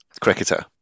cricketer